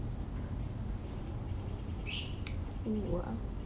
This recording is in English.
oh !wah!